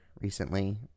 recently